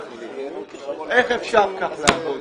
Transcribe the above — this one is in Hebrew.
איך אפשר לעבוד כך?